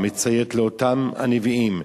מציית לאותם הנביאים,